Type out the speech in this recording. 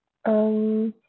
um